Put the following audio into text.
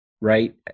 right